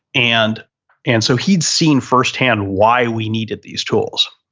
and and so, he'd seen firsthand why we needed these tools.